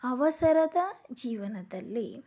ಅವಸರದ ಜೀವನದಲ್ಲಿ